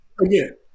Again